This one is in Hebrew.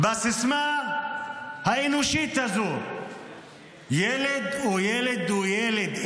בסיסמה האנושית הזאת: "ילד הוא ילד, הוא ילד".